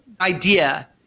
idea